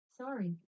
sorry